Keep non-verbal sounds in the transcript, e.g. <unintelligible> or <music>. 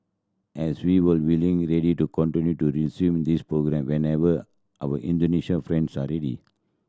as we were willing <unintelligible> ready to continue to resume this programme whenever our Indonesian friends are ready